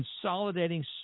consolidating